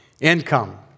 income